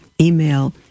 email